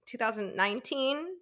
2019